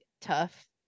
tough